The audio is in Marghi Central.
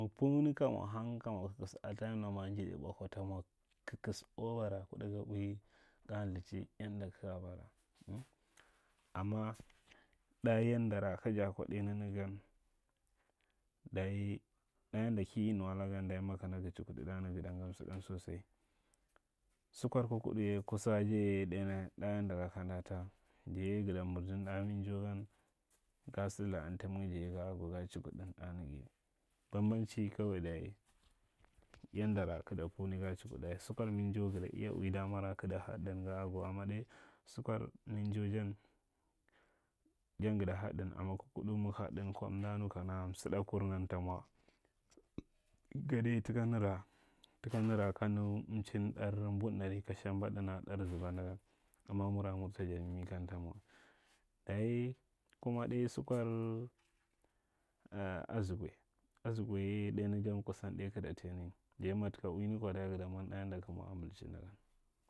Mig pu ni ka mwa hang a tayiman ma ɓwa ta mwa kakas obara kuɗi ga ui ga lthachi yanda kaga bara. Amma ɗa yandara kaja kwa ɗai nanagan, dayi ɗa yandara ki nu adagan dani makana gd chukuddi da ndgo gada ngodi msidan sosai. Sukwar kukudi ya kusan jaye ɗai uga, da ndgan kanda ta. Ja ye gada mindia da min jan gan, ga sild antumage ja ye gal u ga chukudi da ndga. Banbancin kawai dayi yandawa gada ma ni ga chukuɗan, sukwar minjau gada ui dama ra gada heddin ga aga, amma ɗai sukwar minjan jan, amma sukwar kukudi dudo nu kana maga haddin kwa mriɗakur nan to mwa gode taka nara kana mchi dar mdundaji ka shambaɗin a ɗar aba nda jan. Amma muran, marla jadi mi kam da mwa wa dayi kuma dai sukwar azgwai azgwai ye ɗai, kusan ɗai kamta tai ni, dayi ma taka uwini kwa sada mwan ɗa nin kij mwa ambichi gan.